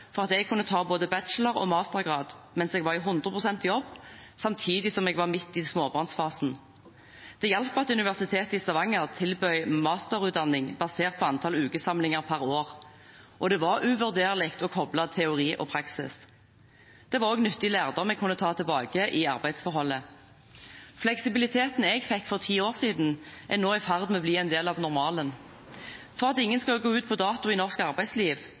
for at jeg kunne ta både bachelorgrad og mastergrad mens jeg var i 100 pst. jobb og midt i småbarnsfasen. Det hjalp at Universitetet i Stavanger tilbød masterutdanning basert på et antall ukesamlinger per år, og det var uvurderlig å koble teori og praksis. Det var også nyttig lærdom jeg kunne ta med tilbake i arbeidsforholdet. Fleksibiliteten jeg fikk for 10 år siden, er nå i ferd med å bli en del av normalen. For at ingen skal gå ut på dato i norsk arbeidsliv